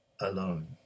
alone